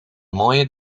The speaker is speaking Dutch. mooie